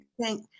Thank